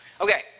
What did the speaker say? Okay